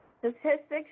Statistics